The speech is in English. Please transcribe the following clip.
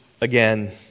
again